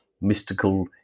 Mystical